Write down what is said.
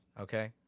Okay